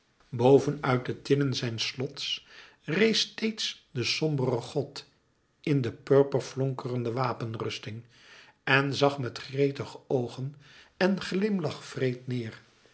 uit de tinnen zijns slots rees steeds de sombere god in de purper flonkerende wapenrusting en zag met gretige oogen en glimlach wreed neer